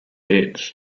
hits